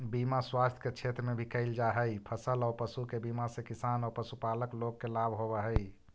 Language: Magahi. बीमा स्वास्थ्य के क्षेत्र में भी कैल जा हई, फसल औ पशु के बीमा से किसान औ पशुपालक लोग के लाभ होवऽ हई